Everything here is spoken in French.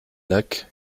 lacs